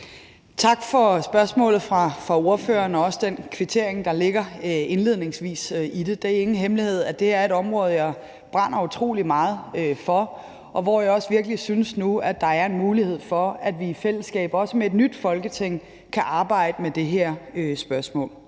Tak for spørgsmålet fra ordføreren og også den kvittering, der indledningsvis ligger i det. Det er ingen hemmelighed, at det er et område, jeg brænder utrolig meget for, og hvor jeg også virkelig synes, at der nu er mulighed for, at vi i fællesskab, også med et nyt Folketing, kan arbejde med det her spørgsmål.